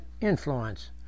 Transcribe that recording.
influence